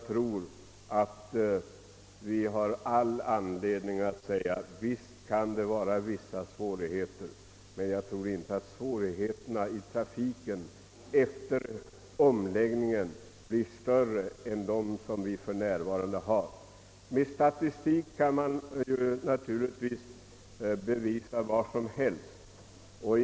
Visst kan det uppstå vissa svårigheter i trafiken, men jag tror inte att de blir större efter omläggningen än de är nu. Med statistik kan naturligtvis vad som helst bevisas.